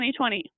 2020